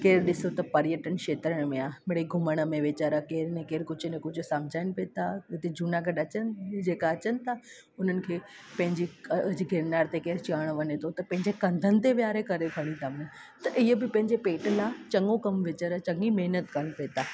केरु ॾिसो त पर्यटन खेत्र में आहे मिड़ेई घुमण में वेचारा केरु न केरु कुझु न कुझु सम्झनि बि था हिते जूनागढ़ अचनि जेका अचनि था उन्हनि खे पंहिंजी गिरनार ते केरु चढ़णु वञे थो त पंहिंजे कंधनि ते वेहारे करे खणी था वञनि त इहे बि पंहिंजे पेट लाइ चङो कमु वेचारा चङी महिनत कनि पिए था